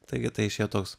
taigi tai išėjo toks